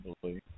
believe